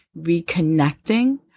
reconnecting